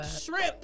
shrimp